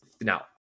now